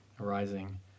arising